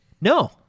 No